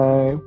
Bye